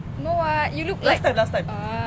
no ah you look like ah